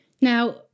Now